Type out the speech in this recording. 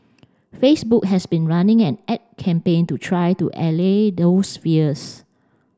Facebook has been running an ad campaign to try to allay those fears